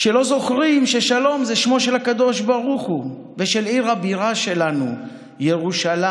שלא זוכרים ששלום זה שמו של הקדוש ברוך הוא ושל עיר הבירה שלנו ירושלים,